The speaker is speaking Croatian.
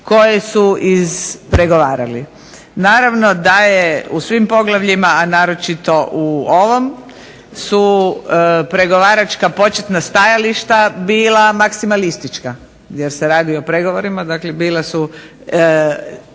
koje su ispregovarali. Naravno da je u svim poglavljima, a naročito u ovom su pregovaračka početna stajališta bila maksimalistička. Jer se radi o pregovorima dakle bila su